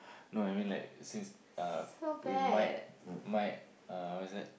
no I mean like since uh we might might uh what is that